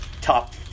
top